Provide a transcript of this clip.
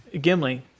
Gimli